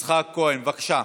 יצחק כהן, בבקשה.